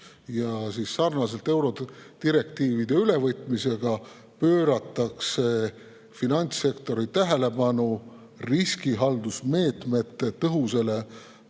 Liidus. Sarnaselt eurodirektiivide ülevõtmisega pööratakse finantssektori tähelepanu riskihaldusmeetmete tõhusamale